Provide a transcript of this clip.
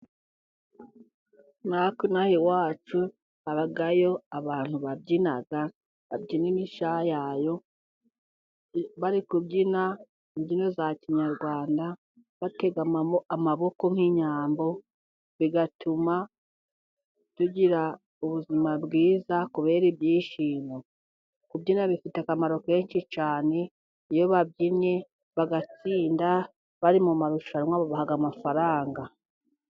Natwe ino aha iwacu habayo abantu babyina. Babyina imishayayo bari kubyina imbyino za kinyarwanda, batega amaboko nk'inyambo. Bigatuma tugira ubuzima bwiza kubera ibyishimo . Kubyina bifite akamaro kenshi cyane . Iyo babyinnye bagatsinda bari mu marushanwa babaha amafaranga.